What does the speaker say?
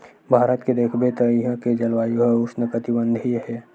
भारत के देखबे त इहां के जलवायु ह उस्नकटिबंधीय हे